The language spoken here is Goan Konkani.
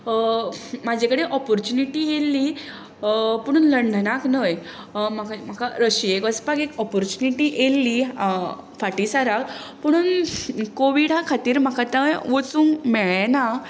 म्हजे कडेन ऑपोरच्युनिटी आयिल्ली पूण लंडनाक न्हय म्हाका रशियेक वचपाक एक ऑपोरच्युनिटी आयिल्ली फाटीसराक पूण कोविडा खातीर म्हाका थंय वचूंक मेळ्ळें ना